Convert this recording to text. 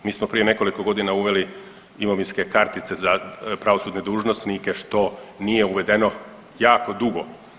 Mi smo prije nekoliko godina uveli imovinske kartice za pravosudne dužnosnike što nije uvedeno jako dugo.